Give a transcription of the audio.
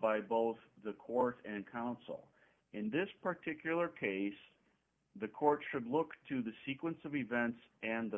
by both the courts and counsel in this particular case the court should look to the sequence of events and the